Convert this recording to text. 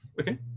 Okay